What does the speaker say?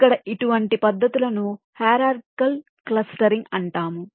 ఇక్కడ ఇటువంటి పద్ధతులను హిరార్చికల్ క్లస్టరింగ్ అంటాము